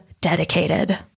dedicated